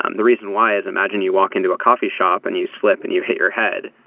um the reason why is imagine you walk into a coffee shop and you slip and you hit your head.